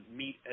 meet